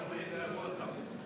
איפה יארחו אותם?